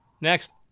Next